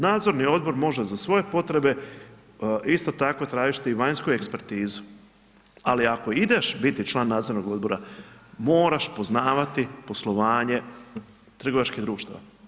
Nadzorni odbor može za svoje potrebe isto tako tražiti i vanjsku ekspertizu, ali ako ideš biti član nadzornog odbora moraš poznavati poslovanje trgovačkih društava.